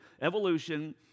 Evolution